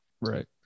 right